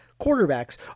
quarterbacks